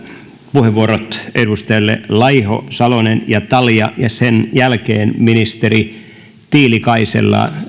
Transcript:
puheenvuorot edustajille laiho salonen ja talja ja sen jälkeen ministeri tiilikaiselle